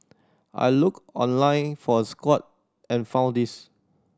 I looked online for a squat and found this